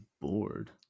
bored